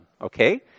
okay